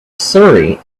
surrey